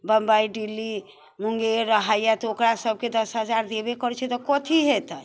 बम्बइ दिल्ली मुंगेर रहैय तऽ ओकरा सबके तऽ दस हजार देबे करै छै तऽ कथी हेतै